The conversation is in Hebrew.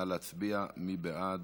נא להצביע: מי בעד?